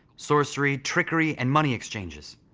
sorcery, trickery, and money exchanges,